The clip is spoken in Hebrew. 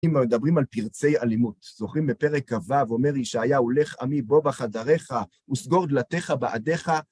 אם מדברים על פרצי אלימות, זוכרים בפרק כ"ו אומר ישעיהו: "לך עמי בוא בחדריך וסגור דלתיך בעדיך"